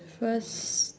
first